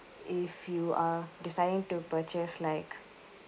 if you are deciding to purchase like